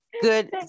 Good